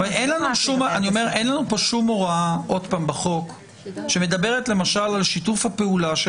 אין לנו כאן שום הוראה בחוק שמדברת למשל על שיתוף הפעולה של